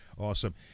Awesome